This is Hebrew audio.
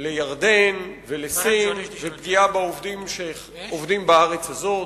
לירדן ולסין ופגיעה בעובדים שעובדים בארץ הזאת.